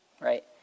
right